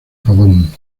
pavón